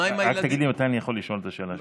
רק תגיד לי מתי אני יכול לשאול את השאלה שלי.